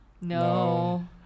No